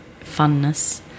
funness